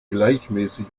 gleichmäßig